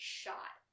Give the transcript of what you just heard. shot